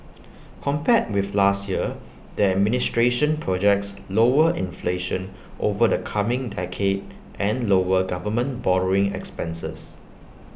compared with last year the administration projects lower inflation over the coming decade and lower government borrowing expenses